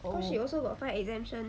oh